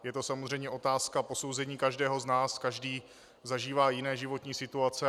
Je to samozřejmě otázka posouzení každého z nás, každý zažívá jiné životní situace.